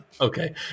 Okay